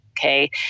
Okay